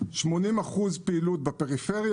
80% פעילות בפריפריה,